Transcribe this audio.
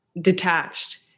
detached